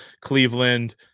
Cleveland